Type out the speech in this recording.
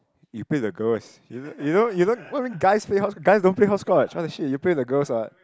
you play with the girls you know you know you know what you mean guys play hop~ guys don't play hopscotch what the shit you play with the girls what